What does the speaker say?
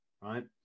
right